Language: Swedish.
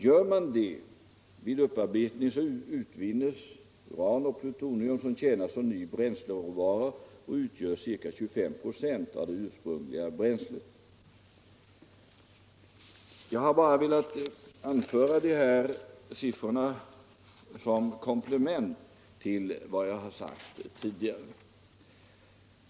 Gör man det vid upparbetning utvinnes uran och plutonium som tjänar som ny bränsleråvara och utgör ca 25 96 av det ursprungliga bränslet. Jag har bara velat anföra de här siffrorna som komplement till vad jag sagt tidigare.